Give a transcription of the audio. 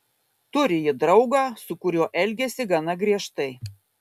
turi ji draugą su kuriuo elgiasi gana griežtai